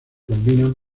combinan